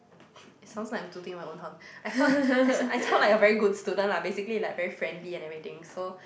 it sounds like I'm tooting my own horn I sound I I sound like a very good student lah basically like very friendly and everything so